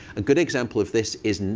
a good example of this is